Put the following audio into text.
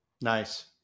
nice